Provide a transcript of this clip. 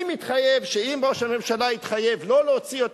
אני מתחייב שאם ראש הממשלה יתחייב לא להוציא יותר